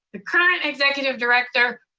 the current executive director,